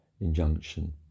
injunction